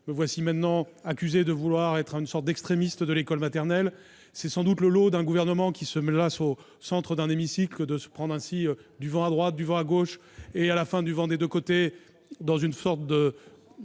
Me voilà maintenant accusé de vouloir être une sorte d'extrémiste de l'école maternelle ! C'est vrai ! Sans doute est-ce le lot d'un gouvernement qui se situe là, au centre d'un hémicycle, de se prendre ainsi du vent à droite, du vent à gauche et, à la fin, du vent des deux côtés, dans une sorte de